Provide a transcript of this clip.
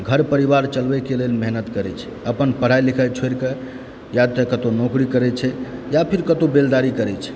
घर परिवार चलबयके लेल मेहनत करैत छै अपन पढ़ाई लिखाइ छोड़िकऽ या तऽ कतहुँ नौकरी करैत छै या फेर कतहुँ बेलदारी करैत छै